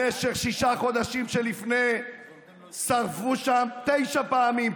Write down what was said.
במשך שישה חודשים שלפני שרפו שם תשע פעמים,